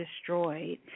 destroyed